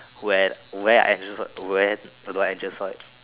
where where I just saw it when I just saw it